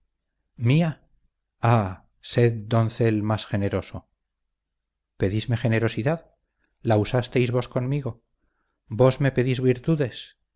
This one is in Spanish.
mía ah sed doncel más generoso pedísme generosidad la usasteis vos conmigo vos me pedís virtudes